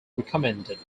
recommended